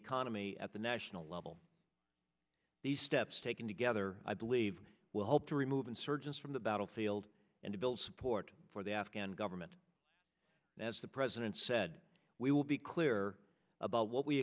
economy at the national level the steps taken together i believe will help to remove insurgents from the battlefield and to build support for the afghan government as the president said we will be clear about what we